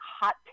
hot